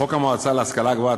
חוק המועצה להשכלה גבוהה,